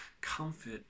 comfort